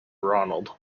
ronald